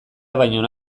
baino